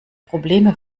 probleme